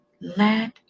Let